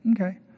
okay